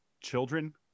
children